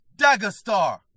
Daggerstar